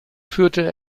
führte